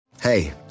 Hey